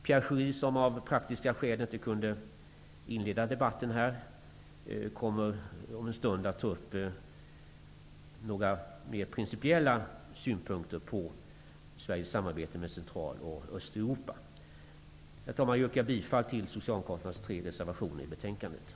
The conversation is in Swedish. Pierre Schori, som av praktiska skäl inte kunde inleda debatten, kommer om en stund att ta upp några mer principiella synpunkter på Sveriges samarbete med Central och Östeuropa. Herr talman! Jag yrkar bifall till